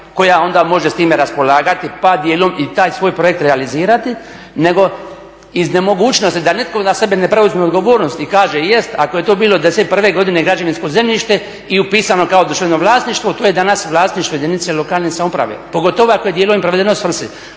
koja onda može s njime raspolagati pa dijelom i taj svoj projekt realizirati nego iz nemogućnosti da nitko na sebe ne preuzme odgovornost i kaže jest ako je to bilo '91. godine građevinsko zemljište i upisano kao društveno vlasništvo to je danas vlasništvo jedinice lokalne samouprave pogotovo ako je dijelom provedeno svrsi